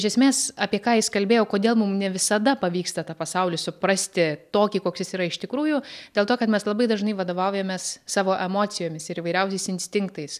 iš esmės apie ką jis kalbėjo kodėl mus ne visada pavyksta tą pasaulį suprasti tokį koks jis yra iš tikrųjų dėl to kad mes labai dažnai vadovaujamės savo emocijomis ir įvairiausiais instinktais